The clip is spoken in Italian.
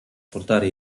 portare